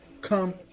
come